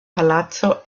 palaco